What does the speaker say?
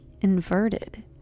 inverted